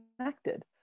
connected